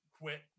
quit